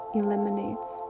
eliminates